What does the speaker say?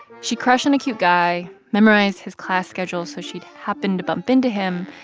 she'd crush on a cute guy, memorize his class schedule so she'd happen to bump into him.